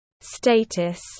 status